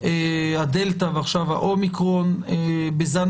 הדלתא ועכשיו ה-אומיקרון כאשר בזן